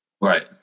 Right